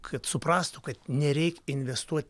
kad suprastų kad nereik investuot